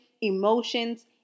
emotions